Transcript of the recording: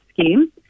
scheme